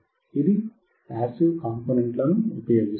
ఇది passive component లను ఉపయోగిస్తోంది